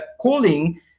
cooling